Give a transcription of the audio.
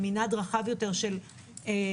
עם מנעד רחב יותר של נתונים